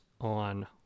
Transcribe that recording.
on